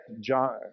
John